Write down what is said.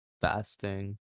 fasting